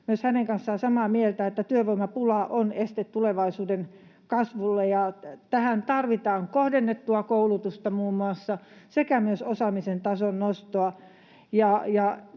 myös hänen kanssaan samaa mieltä, että työvoimapula on este tulevaisuuden kasvulle, ja tähän tarvitaan muun muassa kohdennettua koulutusta sekä myös osaamisen tason nostoa.